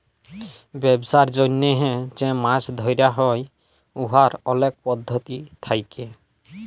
ব্যবসার জ্যনহে যে মাছ ধ্যরা হ্যয় উয়ার অলেক পদ্ধতি থ্যাকে